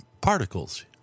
particles